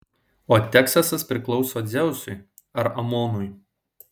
o teksasas priklauso dzeusui ar amonui